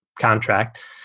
contract